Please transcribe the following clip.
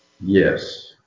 Yes